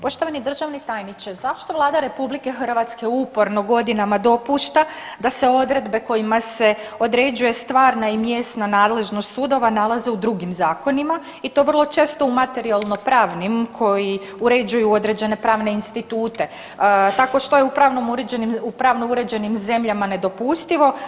Poštovani državni tajniče, zašto Vlada RH uporno godinama dopušta da se odredbe kojima se određuje stvarna i mjesna nadležnost sudova nalaze u drugim zakonima i to vrlo često u materijalno-pravnim koji uređuju određene pravne institute, tako što je u pravno uređenim zemljama nedopustivo.